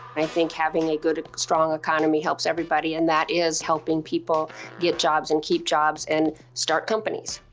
i think having a good, strong economy helps everybody, and that is helping people get jobs and keep jobs and start companies.